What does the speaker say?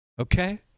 Okay